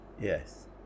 yes